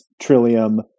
Trillium